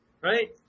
right